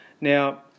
now